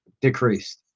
decreased